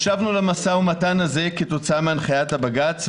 ישבנו למשא ומתן הזה כתוצאה מהנחיית הבג"ץ,